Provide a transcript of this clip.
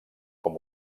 com